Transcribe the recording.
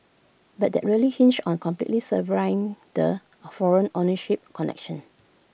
but that really hinges on completely severing the foreign ownership connection